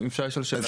האם אפשר לשאול שאלה?